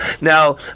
now